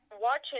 watching